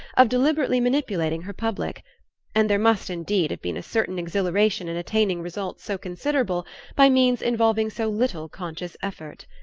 of deliberately manipulating her public and there must indeed have been a certain exhilaration in attaining results so considerable by means involving so little conscious effort.